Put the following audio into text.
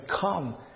come